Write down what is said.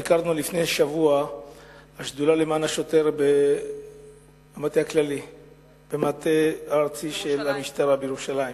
ביקרנו לפני שבוע בשדולה למען השוטר במטה הארצי של המשטרה בירושלים,